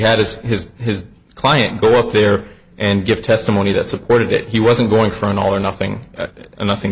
had as has his client go up there and give testimony that supported it he wasn't going for an all or nothing nothing